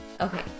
Okay